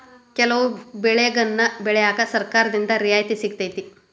ಕೆಲವು ಬೆಳೆಗನ್ನಾ ಬೆಳ್ಯಾಕ ಸರ್ಕಾರದಿಂದ ರಿಯಾಯಿತಿ ಸಿಗತೈತಿ